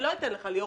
ליאור,